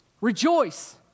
Rejoice